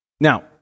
Now